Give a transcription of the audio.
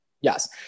Yes